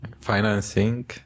financing